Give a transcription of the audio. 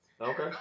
Okay